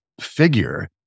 figure